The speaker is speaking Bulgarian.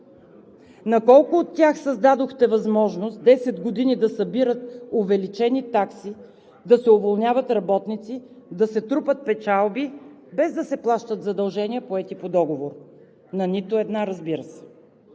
На колко от тях създадохте възможност десет години да събират увеличени такси, да се уволняват работници, да се трупат печалби, без да се плащат задължения, поети по договор? На нито една, разбира се!